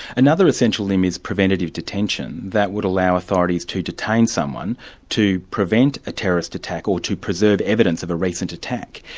another essential limb is preventative detention. that would allow authorities to detain someone to prevent a terrorist attack or to preserve evidence of a recent attack.